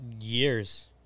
Years